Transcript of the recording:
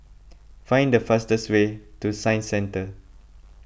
find the fastest way to Science Centre